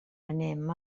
anem